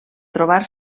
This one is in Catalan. trobar